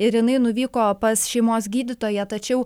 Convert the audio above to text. ir jinai nuvyko pas šeimos gydytoją tačiau